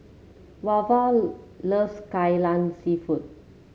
Wava loves Kai Lan seafood